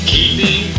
Keeping